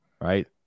right